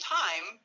time